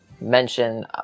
mention